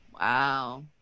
Wow